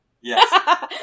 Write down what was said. Yes